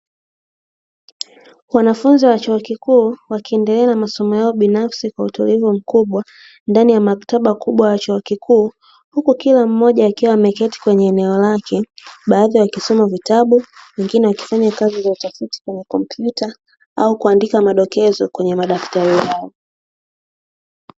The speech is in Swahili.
Wanafunzi wa chuo kikuu wakiendelea na masomo yao binafsi kwa utulivu mkubwa, ndani ya maktaba kubwa ya chuo kikuu, huku kila mmoja akiwa ameketi kwenye eneo lake. Baadhi wakisoma vitabu, wengine wakifanya kazi za utafiti kwenye kompyuta au kuandika madokezo kwenye madaftari yao.